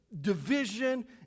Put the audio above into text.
division